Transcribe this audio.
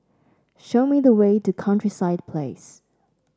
show me the way to Countryside Place